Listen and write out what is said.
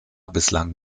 bislang